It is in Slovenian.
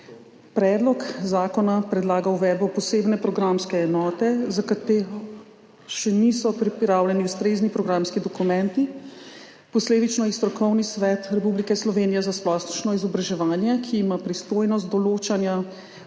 Predlog zakona predlaga uvedbo posebne programske enote, za katero še niso pripravljeni ustrezni programski dokumenti, posledično jih Strokovni svet Republike Slovenije za splošno izobraževanje, ki ima pristojnost določanja vseh